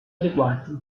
adeguati